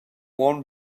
one